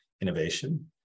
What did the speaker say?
innovation